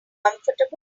comfortable